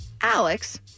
Alex